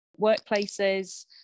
workplaces